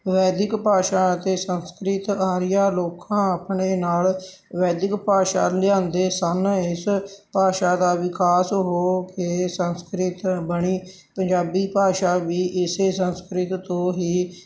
ਵੈਦਿਕ ਭਾਸ਼ਾ ਅਤੇ ਸੰਸਕ੍ਰਿਤ ਆਰੀਆ ਲੋਕਾਂ ਆਪਣੇ ਨਾਲ ਵੈਦਿਕ ਭਾਸ਼ਾ ਲਿਆਉਂਦੇ ਸਨ ਇਸ ਭਾਸ਼ਾ ਦਾ ਵਿਕਾਸ ਹੋ ਕੇ ਸੰਸਕ੍ਰਿਤ ਬਣੀ ਪੰਜਾਬੀ ਭਾਸ਼ਾ ਵੀ ਇਸੇ ਸੰਸਕ੍ਰਿਤ ਤੋਂ ਹੀ